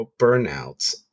burnouts